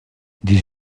des